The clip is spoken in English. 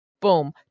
boom